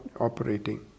operating